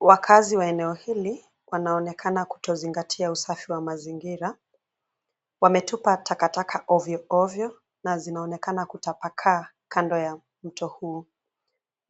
Wakaazi wa eneo hili wanaonekana kutozingatia usafi wa mazingira. Wametupa takataka ovyoovyo na zinaonekana kutapakaa kando ya mto huu,